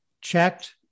checked